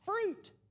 Fruit